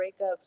breakups